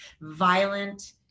violent